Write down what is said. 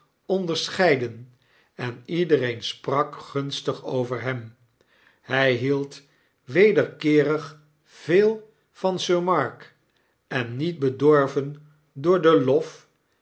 onderscheiden en iedereen sprak gunstig over hem hy hield wederkeerig veel van sir mark en niet bedorven door den lof